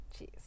Jeez